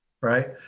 right